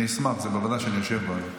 אני אשמח, זו ועדה שאני יושב בה.